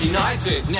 United